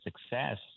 success